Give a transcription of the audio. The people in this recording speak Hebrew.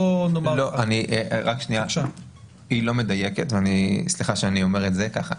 היא לא מדויקת, סליחה שאני אומר את זה ככה.